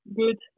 good